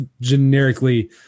generically